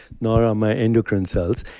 nor on my endocrine cells.